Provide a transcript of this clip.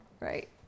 Right